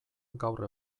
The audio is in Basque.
gaur